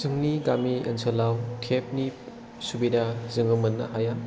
जोंनि गामि ओनसोलाव टेप नि सुबिदा जोङो मोननो हाया